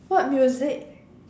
what music